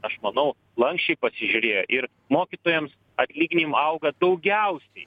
aš manau lanksčiai pasižiūrėjo ir mokytojams atlyginim auga daugiausiai